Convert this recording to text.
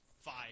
five